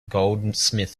goldsmith